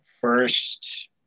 First